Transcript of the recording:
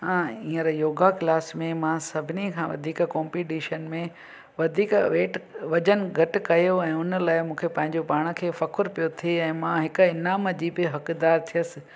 हा हीअंर योगा क्लास में मां सभिनी खां वधीक कॉम्पिटिशन में वधीक वेट वज़नु घटि कयो ऐं उन लाइ मूंखे पंहिंजो पाण खे फ़ख़्रु पियो थिए ऐं मां हिकु इनाम जी बि हक़दारु थियसि